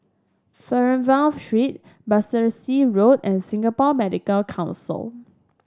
Fernvale Street Battersea Road and Singapore Medical Council